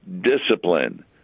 discipline